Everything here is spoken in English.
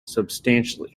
substantially